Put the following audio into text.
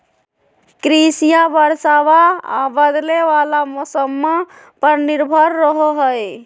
कृषिया बरसाबा आ बदले वाला मौसम्मा पर निर्भर रहो हई